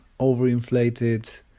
overinflated